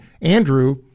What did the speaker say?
Andrew